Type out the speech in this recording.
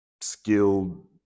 skilled